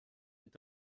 est